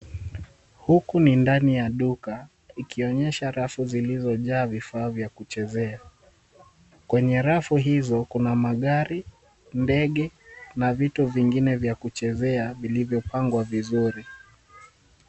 Huku ni ndani ya duka, ikionyesha rafu zilizojaa vifaa vya kuchezea. Kwenye rafu hizo kuna magari, ndege, na vitu vingine vya kuchezea, vilivyopangwa vizuri.